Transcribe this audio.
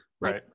right